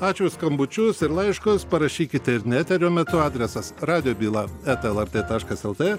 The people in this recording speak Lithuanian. ačiū už skambučius ir laiškus parašykite ir ne eterio metu adresas radijo byla eta lrt taškas lt